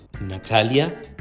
Natalia